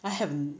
I haven't